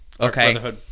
Okay